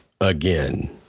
Again